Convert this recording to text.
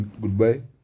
goodbye